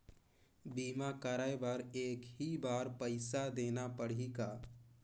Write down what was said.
बीमा कराय बर एक ही बार पईसा देना पड़ही का?